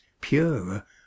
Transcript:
purer